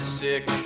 sick